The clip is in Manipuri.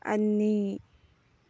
ꯑꯅꯤ